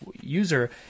user